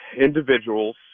individuals